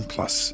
Plus